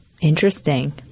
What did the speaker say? interesting